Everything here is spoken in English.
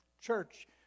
church